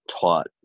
taught